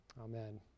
Amen